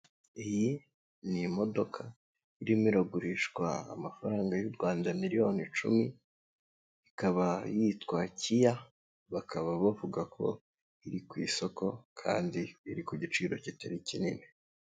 Iyi ni imodoka irimo iragurishwa amafaranga y'u Rwanda miliyoni icumi, ikaba yitwa KIA, bakaba bavuga ko iri ku isoko kandi iri ku giciro kitari kinini.